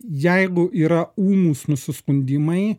jeigu yra ūmūs nusiskundimai